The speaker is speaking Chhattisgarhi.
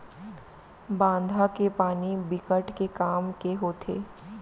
बांधा के पानी बिकट के काम के होथे